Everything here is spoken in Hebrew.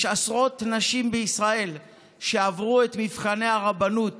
יש עשרות נשים בישראל שעברו את מבחני הרבנות